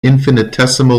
infinitesimal